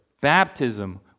baptism